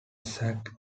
zack